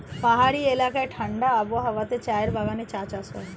পাহাড়ি এলাকায় ঠাণ্ডা আবহাওয়াতে চায়ের বাগানে চা চাষ হয়